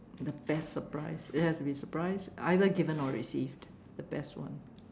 the best surprise it has to be surprise either given or received the best one